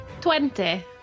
Twenty